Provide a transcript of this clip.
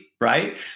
right